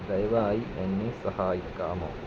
ദയവായി എന്നെ സഹായിക്കാമോ